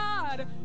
God